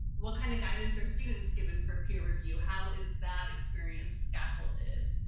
what kind of guidance are students given for peer review. how is that experience scaffolded?